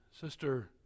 Sister